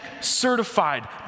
certified